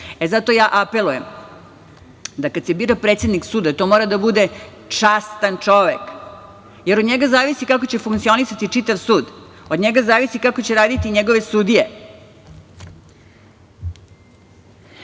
radi. Zato ja apelujem da kad se bira predsednik suda, to mora da bude častan čovek, jer od njega zavisi kako će funkcionisati čitav sud. Od njega zavisi kako će raditi i njegove sudije. Moramo